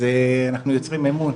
אז אנחנו יוצרים אמון,